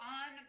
on